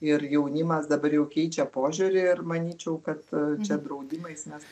ir jaunimas dabar jau keičia požiūrį ir manyčiau kad čia draudimais mes